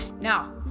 Now